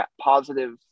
positive